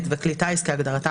ומגיע לישראל